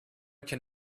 can